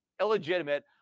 illegitimate